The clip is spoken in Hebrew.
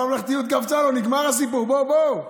הממלכתיות קפצה לו, נגמר הסיפור, בואו בואו,